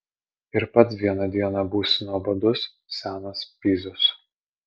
ir pats vieną dieną būsi nuobodus senas pizius